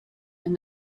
and